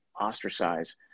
ostracize